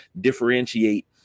differentiate